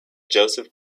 joseph